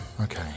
Okay